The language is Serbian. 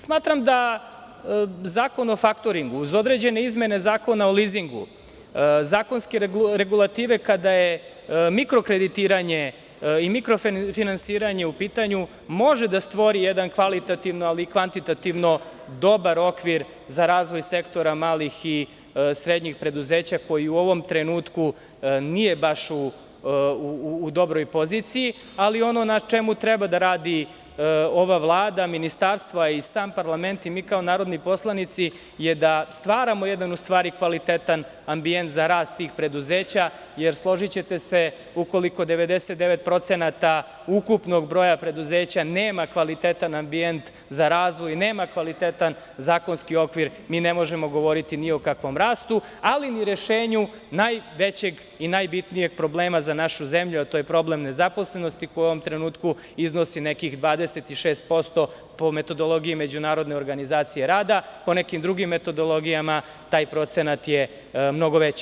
Smatram da Zakon o faktoringu, uz određene izmene Zakona o lizingu, zakonske regulative kada je mikrokreditiranje i mikrofinansiranje u pitanju, može da stvori jedan kvalitativno, ali i kvantitativno dobar okvir za razvoj sektora malih i srednjih preduzeća, koji u ovom trenutku nije baš u dobroj poziciji, ali ono na čemu treba da radi ova Vlada, ministarstva i sam parlament i mi kao narodni poslanici je da stvaramo jedan kvalitetan ambijent za rast tih preduzeća, jer složićete se, ukoliko 99% ukupnog broja preduzeća nema kvalitetan ambijent za razvoj, nema kvalitetan zakonski okviri, mi ne možemo govoriti ni o kakvom rastu, ali ni rešenju najvećeg i najbitnijeg problema za našu zemlju, a to je problem nezaposlenosti koji u ovom trenutku iznosi nekih 26% po metodologiji Međunarodne organizacije rada, po nekim drugim metodologijama taj procenat je mnogo veći.